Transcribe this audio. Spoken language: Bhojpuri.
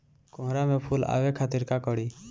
कोहड़ा में फुल आवे खातिर का करी?